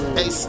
Hey